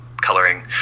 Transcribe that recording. coloring